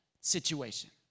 situation